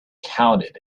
counted